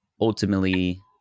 ultimately